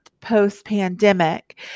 post-pandemic